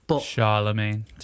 Charlemagne